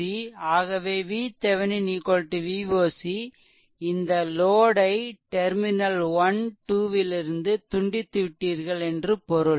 ஆகவே VThevenin Voc இந்த load ஐ டெர்மினல்12 லிருந்து துண்டித்துவிட்டீர்கள் என்று பொருள்